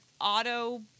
auto